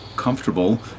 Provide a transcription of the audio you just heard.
comfortable